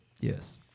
Yes